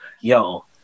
yo